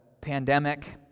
pandemic